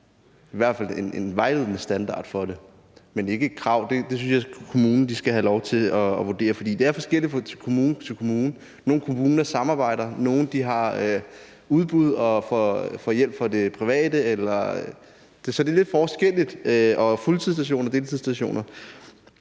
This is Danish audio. i hvert fald en vejledende standard for det – men ikke nogle krav. Det synes jeg at kommunen skal have lov til at vurdere. Det er forskelligt fra kommune til kommune. Nogle kommuner samarbejder, nogle har udbud og får hjælp fra det private, så det er lidt forskelligt, og der er fuldtidsstationer og deltidsstationer.